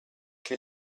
che